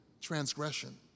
transgression